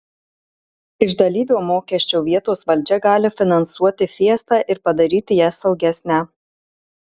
iš dalyvio mokesčio vietos valdžia gali finansuoti fiestą ir padaryti ją saugesnę